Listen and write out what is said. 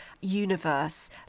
universe